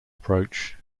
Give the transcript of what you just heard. approach